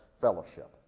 fellowship